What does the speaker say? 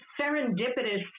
serendipitous